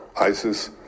isis